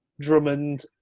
Drummond